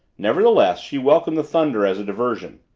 nevertheless she welcomed the thunder as a diversion.